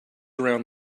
around